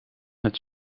het